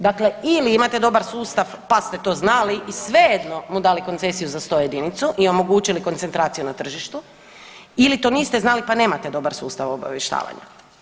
Dakle, ili imate dobar sustav pa ste to znali i svejedno mu dali koncesiju na 101 i omogućili koncentraciju na tržištu ili to niste znali pa nemate dobar sustav obavještavanja?